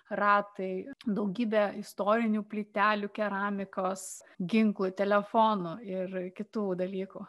ratai daugybė istorinių plytelių keramikos ginklų telefonų ir kitų dalykų